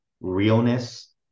realness